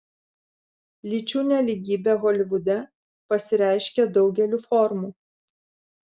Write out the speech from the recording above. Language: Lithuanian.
lyčių nelygybė holivude pasireiškia daugeliu formų